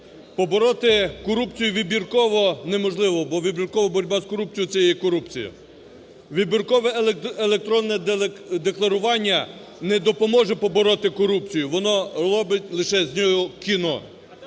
побороти корупцію вибірково не можливо, бо вибіркова боротьба з корупцією – це є корупція. Вибіркове електронне декларування не допоможе побороти корупцію, воно робить лише з нього кіно.